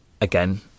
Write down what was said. Again